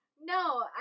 No